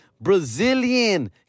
Brazilian